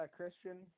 Christian